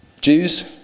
Jews